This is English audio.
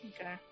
Okay